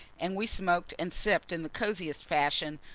and we smoked and sipped in the cosiest fashion,